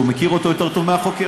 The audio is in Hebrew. הוא מכיר אותו יותר טוב מהחוקר,